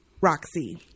roxy